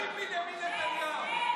זה תמיד בנימין נתניהו,